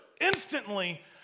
instantly